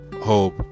hope